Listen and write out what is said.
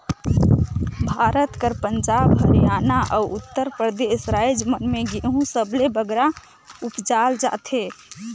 भारत कर पंजाब, हरयाना, अउ उत्तर परदेस राएज मन में गहूँ सबले बगरा उपजाल जाथे